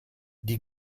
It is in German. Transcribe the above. die